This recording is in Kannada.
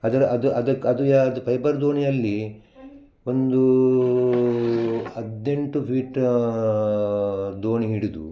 ಅದರ ಅದು ಅದಕ್ಕೆ ಅದು ಯಾವ್ದು ಪೈಬರ್ ದೋಣಿಯಲ್ಲಿ ಒಂದು ಹದಿನೆಂಟು ಫೀಟ್ಟ ದೋಣಿ ಹಿಡಿದು